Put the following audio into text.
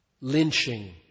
lynching